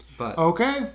Okay